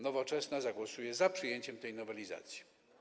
Nowoczesna zagłosuje za przyjęciem tej nowelizacji.